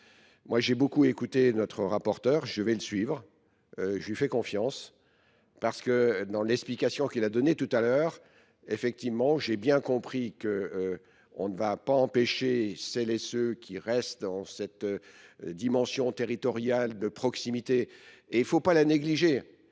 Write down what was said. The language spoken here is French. Moi j'ai beaucoup écouté notre rapporteur, je vais le suivre, je lui fais confiance, parce que dans l'explication qu'il a donné tout à l'heure, effectivement j'ai bien compris qu'on ne va pas empêcher celles et ceux qui restent dans cette dimension territoriale de proximité et il ne faut pas la négliger.